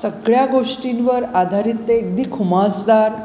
सगळ्या गोष्टींवर आधारित ते एकदी खुमासदार